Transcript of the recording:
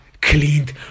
cleaned